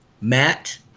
Matt